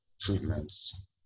treatments